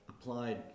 applied